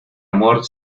amor